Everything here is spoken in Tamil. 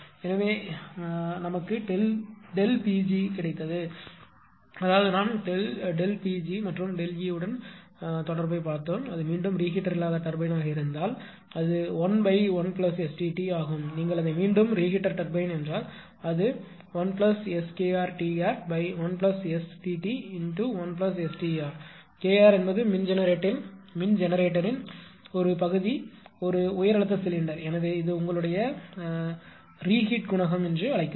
எனவே எங்களுக்கு Pg கிடைத்தது அதாவது நாம் Pg மற்றும் ΔE உடன் தொடர்புடையது அது மீண்டும் ரிகீட்டர் இல்லாத டர்பைன்யாக இருந்தால் அது 11STt ஆகும் நீங்கள் அதை மீண்டும் ரிகீட்டர் டர்பைன்என்றால் அது 1SKrTr1STt1STr Kr என்பது மின் ஜெனரேட்டரின் ஒரு பகுதி ஒரு உயர் அழுத்த சிலிண்டர் எனவே இது உங்களுடைய நாம் ரீஹீட் குணகம் என்று அழைக்கிறோம்